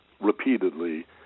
repeatedly